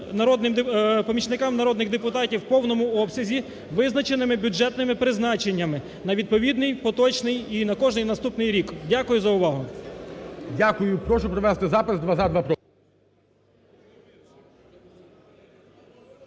Дякую за увагу.